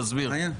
תסביר.